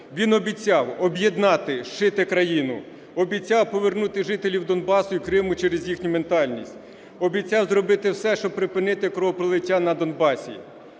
Він обіцяв об'єднати, зшити країну. Обіцяв повернути жителів Донбасу і Криму через їхню ментальність. Обіцяв зробити все, щоб припинити кровопролиття на Донбасі.